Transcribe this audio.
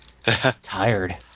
Tired